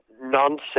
nonsense